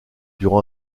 durant